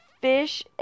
fish